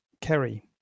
Kerry